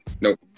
nope